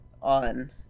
on